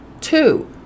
Two